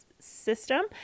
System